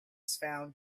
found